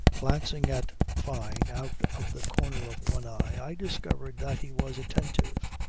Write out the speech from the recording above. glancing at fyne out of the corner of one eye discovered that he was attentive.